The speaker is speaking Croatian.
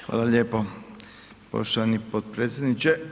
Hvala lijepo poštovani potpredsjedniče.